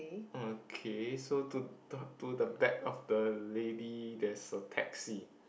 okay so to to to the back of the lady there's a taxi